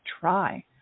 try